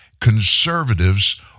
Conservatives